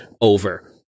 over